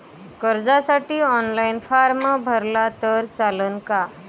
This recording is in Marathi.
कर्जसाठी ऑनलाईन फारम भरला तर चालन का?